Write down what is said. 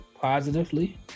positively